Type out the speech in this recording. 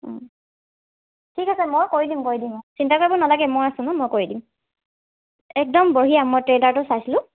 ঠিক আছে মই কৰি দিম কৰি দিম অ চিন্তা কৰিব নালাগে মই আছোঁ ন' মই কৰি দিম একদম বঢ়িয়া মই ট্ৰেইলাৰটো চাইছিলোঁ